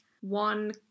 one